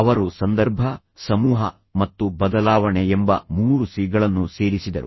ಅವರು ಸಂದರ್ಭ ಸಮೂಹ ಮತ್ತು ಬದಲಾವಣೆ ಎಂಬ ಮೂರು ಸಿ ಗಳನ್ನು ಸೇರಿಸಿದರು